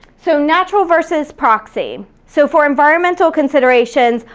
so natural versus proxy. so for environmental considerations,